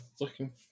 looking